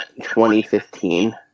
2015